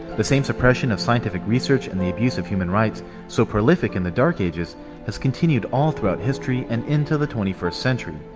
the same suppression of scientific research and the abuse of humans rights so prolific in the dark ages has continued all throughout history and into the twenty first century.